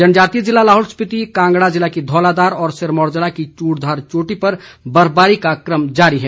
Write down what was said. जनजातीय जिला लाहौल स्पीति कांगड़ा जिला की धौलाधार और सिरमौर जिला की चूड़धार चोटी पर बर्फबारी का क्रम जारी है